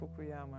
Fukuyama